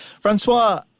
Francois